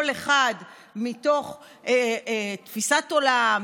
כל אחד מתוך תפיסת עולם,